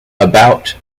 about